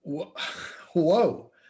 Whoa